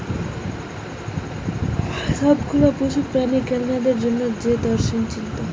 সব গুলা পশু প্রাণীর কল্যাণের জন্যে যে দার্শনিক চিন্তা